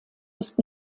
ist